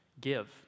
Give